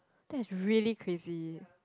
that is really crazy